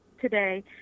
today